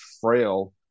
frail